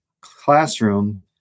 classroom